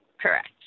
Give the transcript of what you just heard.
Correct